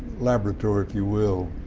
laboratory, if you will.